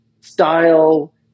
style